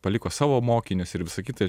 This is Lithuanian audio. paliko savo mokinius ir visa kita